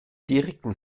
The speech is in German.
direkten